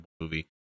movie